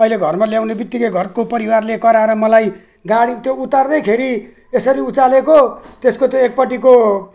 अहिले घरमा ल्याउनेबित्तिकै घरको परिवारले कराएर मलाई गाडी त्यो उतार्दैखेरि यसरी उचालेको त्यसको त एकपट्टिको